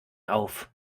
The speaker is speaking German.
auf